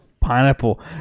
pineapple